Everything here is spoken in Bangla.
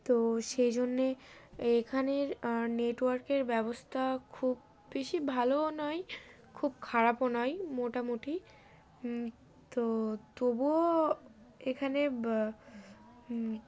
তো সেই জন্যে এখানের নেটওয়ার্কের ব্যবস্থা খুব বেশি ভালোও নয় খুব খারাপও নয় মোটামুটি তো তবুও এখানে